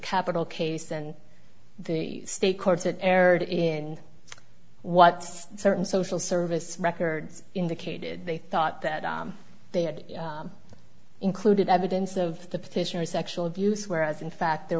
capital case and the state courts that erred in what certain social service records indicated they thought that they had included evidence of the petitioner sexual abuse whereas in fact there